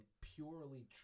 purely